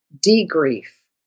de-grief